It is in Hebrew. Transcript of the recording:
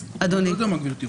אני לא יודע מה גברתי רוצה.